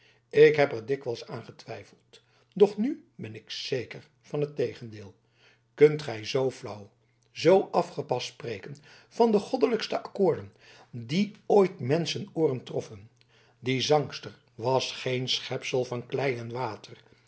ik heb er dikwijls aan getwijfeld doch nu ben ik zeker van het tegendeel kunt gij zoo flauw zoo afgepast spreken van de goddelijkste accoorden die ooit menschenooren troffen die zangster was geen schepsel van klei en water